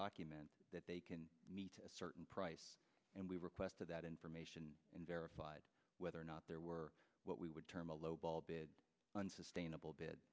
document that they can meet a certain price and we requested that information and verified whether or not there were what we would term a lowball bid unsustainable bid